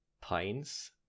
pines